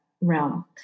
realm